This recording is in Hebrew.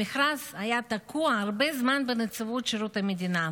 המכרז היה תקוע הרבה זמן בנציבות שירות המדינה,